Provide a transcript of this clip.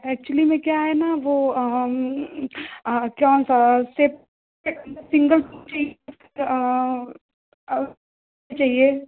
actually में क्या है ना वह हम कौन सा सिंगल रूम चाहिए चाहिए